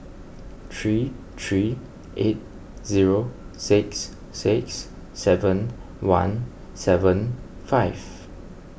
three three eight zero six six seven one seven five